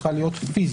צריכה להיות פיזית.